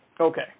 okay